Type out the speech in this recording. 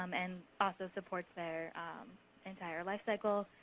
um and also supports their entire life cycles.